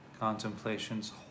contemplations